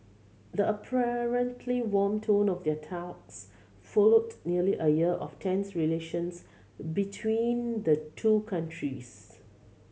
the apparently warm tone of their talks followed nearly a year of tense relations between the two countries